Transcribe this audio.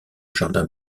jardin